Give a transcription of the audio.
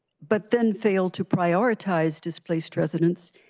but then failed to prioritize displaced residents,